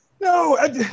No